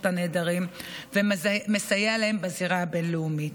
הנעדרים ומסייע להן בזירה הבין-לאומית.